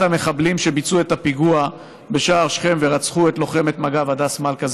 המחבלים שביצעו את הפיגוע בשער שכם ורצחו את לוחמת מג"ב הדס מלכא,